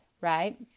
right